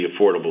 Affordable